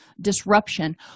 disruption